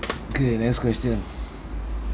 okay next question